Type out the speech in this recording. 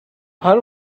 her